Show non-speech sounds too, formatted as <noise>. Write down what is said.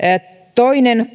toinen <unintelligible>